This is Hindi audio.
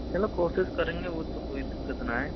चलो कोशिश करेंगे वो तो कोई दिक्कत ना है